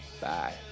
Bye